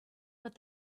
but